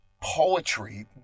poetry